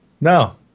No